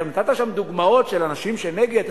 עכשיו, נתת שם דוגמאות של אנשים שהם נגד.